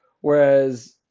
Whereas